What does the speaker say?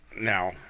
now